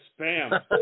spam